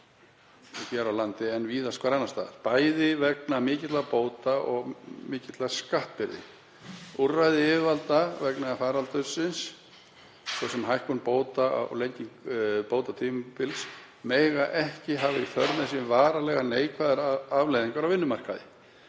hér á landi en víðast hvar annars staðar, bæði vegna mikilla bóta og mikillar skattbyrði. Úrræði yfirvalda vegna faraldursins, svo sem hækkun bóta og lenging bótatímabils, mega ekki hafa í för með sér varanlega neikvæðar afleiðingar á vinnumarkaði,